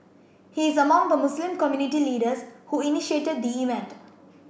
he is among the Muslim community leaders who initiated the event